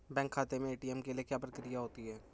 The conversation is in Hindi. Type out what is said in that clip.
बैंक खाते में ए.टी.एम के लिए क्या प्रक्रिया होती है?